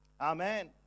Amen